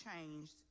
changed